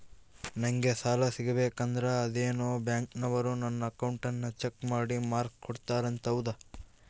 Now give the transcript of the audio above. ನಂಗೆ ಸಾಲ ಸಿಗಬೇಕಂದರ ಅದೇನೋ ಬ್ಯಾಂಕನವರು ನನ್ನ ಅಕೌಂಟನ್ನ ಚೆಕ್ ಮಾಡಿ ಮಾರ್ಕ್ಸ್ ಕೋಡ್ತಾರಂತೆ ಹೌದಾ?